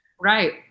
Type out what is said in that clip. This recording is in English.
right